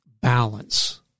balance